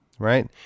Right